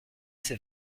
ces